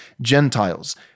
Gentiles